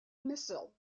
missile